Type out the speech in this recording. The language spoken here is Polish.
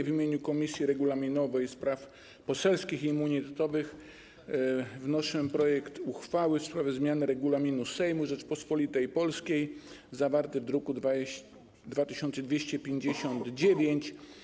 W imieniu Komisji Regulaminowej, Spraw Poselskich i Immunitetowych wnoszę projekt uchwały w sprawie zmiany Regulaminu Sejmu Rzeczypospolitej Polskiej, zawarty w druku nr 2259.